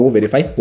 Verify